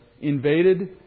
invaded